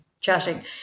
chatting